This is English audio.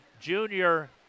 Junior